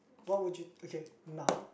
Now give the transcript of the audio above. what would you okay now